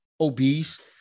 obese